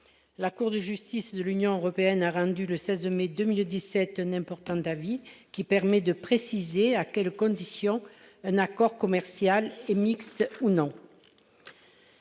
la Cour de justice de l'Union européenne a rendu le 16 mai 2008 17 E n'important d'avis qui permet de préciser à quelles conditions un accord commercial et mixtes ou non.